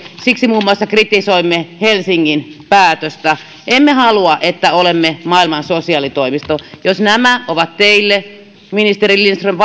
siksi muun muassa kritisoimme helsingin päätöstä emme halua että olemme maailman sosiaalitoimisto jos nämä ovat vaikeita kysymyksiä teille ministeri lindström